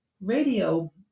radio